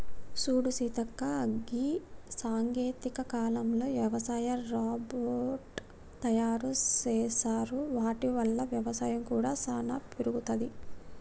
సూడు సీతక్క గీ సాంకేతిక కాలంలో యవసాయ రోబోట్ తయారు సేసారు వాటి వల్ల వ్యవసాయం కూడా సానా పెరుగుతది